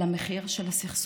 על המחיר של הסכסוך.